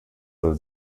soll